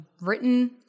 written